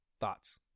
thoughts